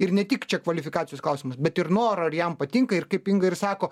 ir ne tik čia kvalifikacijos klausimas bet ir noro ar jam patinka ir kaip inga ir sako